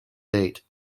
date